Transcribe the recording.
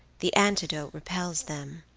the antidote repels them.